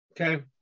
Okay